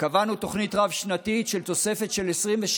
קבענו תוכנית רב-שנתית של תוספת של 26